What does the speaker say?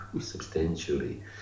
substantially